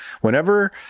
whenever